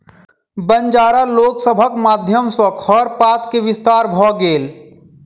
बंजारा लोक सभक माध्यम सॅ खरपात के विस्तार भ गेल